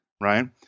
right